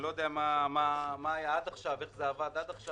אני לא יודע איך זה עבד עכשיו,